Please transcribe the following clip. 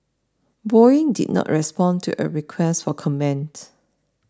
Boeing did not respond to a request for comment